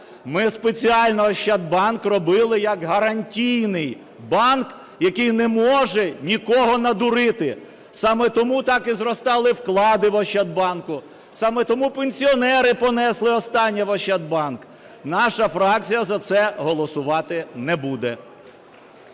Ми спеціально Ощадбанк робили як гарантійний банк, який не може нікого надурити. Саме тому так і зростали вклади в Ощадбанку, саме тому пенсіонери понесли останнє в Ощадбанк. Наша фракція за це голосувати не буде.